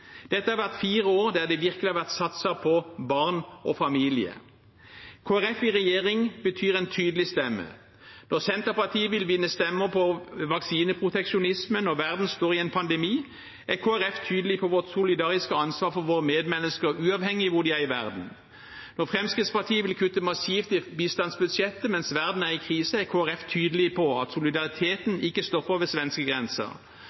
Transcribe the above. Dette har vært fire år der det virkelig har vært satset på barn og familie. Kristelig Folkeparti i regjeringen betyr en tydelig stemme. Når Senterpartiet vil vinne stemmer på vaksineproteksjonisme når verden står i en pandemi, er Kristelig Folkeparti tydelig på vårt solidariske ansvar for våre medmennesker, uavhengig av hvor de er i verden. Når Fremskrittspartiet vil kutte massivt i bistandsbudsjettet mens verden er i krise, er Kristelig Folkeparti tydelig på at